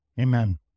Amen